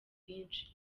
bwinshi